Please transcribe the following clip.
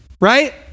right